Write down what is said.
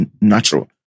natural